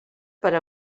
per